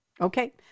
Okay